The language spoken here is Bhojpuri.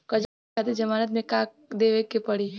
कर्जा लेवे खातिर जमानत मे का देवे के पड़ी?